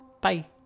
Bye